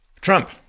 Trump